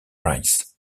rice